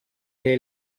che